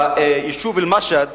ביישוב אל-משהד